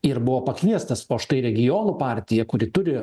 ir buvo pakviestas o štai regionų partija kuri turi